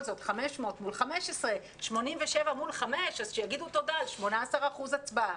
במצב של 500 מול 15 ו-87 מול 5 שיגידו תודה על 18% הצבעה.